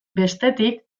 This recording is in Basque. bestetik